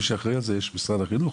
מי שאחראי על זה יש משרד החינוך,